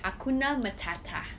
hakuna matata